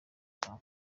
akanga